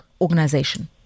organization